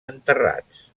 enterrats